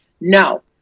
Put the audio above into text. No